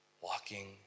walking